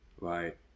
Right